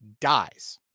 dies